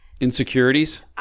Insecurities